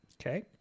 Okay